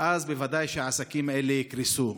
ואז בוודאי שהעסקים האלה יקרסו.